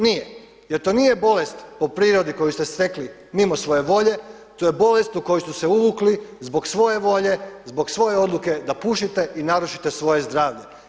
Nije jer to nije bolest po prirodi koju ste stekli mimo svoje volje, to je bolest u koju ste se uvukli zbog svoje volje, zbog svoje odluke da pušite i da narušite svoje zdravlje.